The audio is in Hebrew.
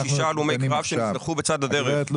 156 הלומי קרב שנשכחו בצד הדרך.